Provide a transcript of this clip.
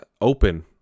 open